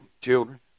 children